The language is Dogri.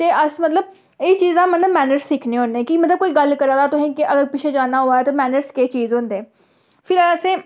ते अस मतलब एह् चीज दा मतलब मैनर्स सिक्खने होने कि मतलब कोई गल्ल करा दा तुसें अगर पिच्छें जाना होऐ ते मैनर्स केह् चीज होंदे फिर असें